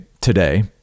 today